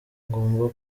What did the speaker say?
ngomba